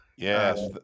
Yes